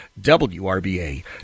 wrba